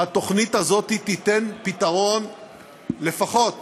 והתוכנית הזאת תיתן פתרון לפחות